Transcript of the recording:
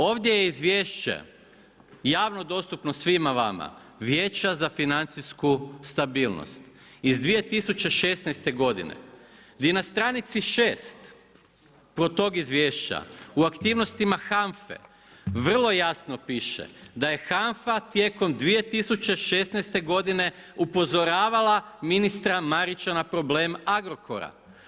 Ovdje je izvješće javno dostupno svima vama vijeća za financijsku stabilnost iz 2016. gdoine, gdje na stranici 6 kod tog izvješća u aktivnostima HANF-e, vrlo jasno piše da je HANFA tijekom 2016. godine upozoravala ministra Marića na problem Agrokora.